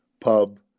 pub